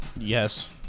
Yes